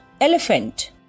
elephant